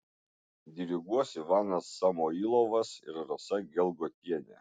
diriguos ivanas samoilovas ir rasa gelgotienė